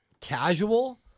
casual